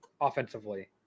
offensively